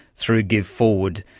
through giveforward,